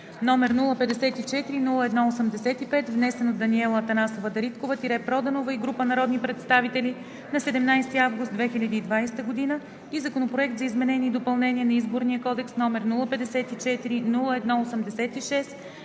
№ 054-01-85, внесен от Даниела Атанасова Дариткова – Проданова и група народни представители на 17 август 2020 г. и Законопроект за изменение и допълнение на Изборния кодекс, № 054-01-86,